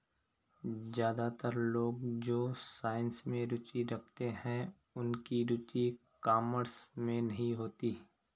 ज्यादातर लोग जो साइंस में रुचि रखते हैं उनकी रुचि कॉमर्स में नहीं होती